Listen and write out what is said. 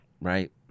right